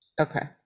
Okay